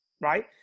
Right